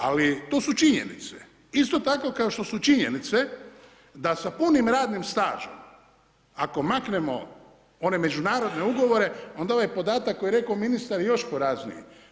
Ali to su činjenice, isto tako kao što su činjenice da sa punim radnim stažom, ako maknemo one međunarodne ugovore, onda ovaj podatak koji je rekao ministar još porazniji.